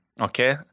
Okay